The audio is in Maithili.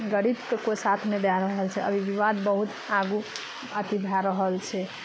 गरीबके कोइ साथ नहि दए रहल छै अभि विवाद बहुत आगू अति भए रहल छै